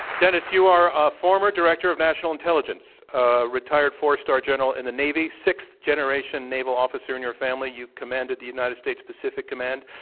dennis, you are a former director of national intelligence, a retired four-star general in the navy, sixth generation naval officer in your family. you've commanded the united states pacific command.